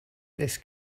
this